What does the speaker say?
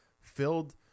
filled